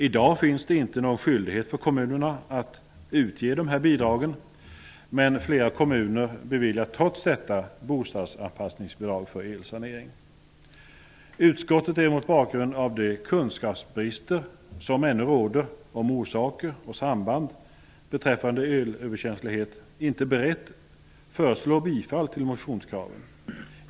I dag finns det inte någon skyldighet för kommunerna att utge de här bidragen, men flera kommuner beviljar trots detta bostadsanpassningsbidrag för elsanering. Utskottet är mot bakgrund av de kunskapsbrister som ännu råder om orsaker och samband beträffande elöverkänslighet inte berett att föreslå bifall till motionskraven.